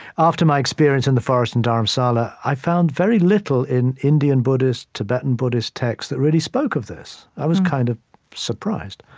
after my experience in the forest in dharamshala, i found very little in indian buddhist, tibetan buddhist texts that really spoke of this. i was kind of surprised,